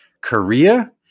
Korea